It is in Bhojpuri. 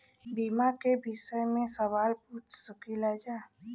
बीमा के विषय मे सवाल पूछ सकीलाजा?